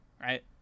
right